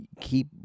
Keep